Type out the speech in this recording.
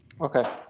Okay